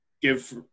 give